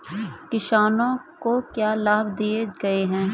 किसानों को क्या लाभ दिए गए हैं?